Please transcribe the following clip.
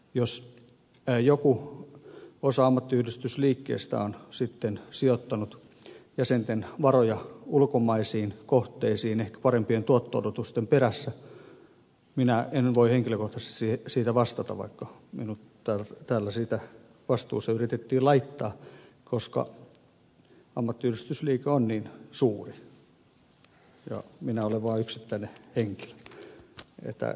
jos joku osa ammattiyhdistysliikkeestä on sitten sijoittanut jäsenten varoja ulkomaisiin kohteisiin ehkä parempien tuotto odotusten perässä minä en voi henkilökohtaisesti siitä vastata vaikka minut täällä siitä vastuuseen yritettiin laittaa koska ammattiyhdistysliike on niin suuri ja minä olen vaan yksittäinen henkilö